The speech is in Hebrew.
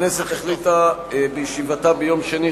הכנסת החליטה בישיבתה ביום שני,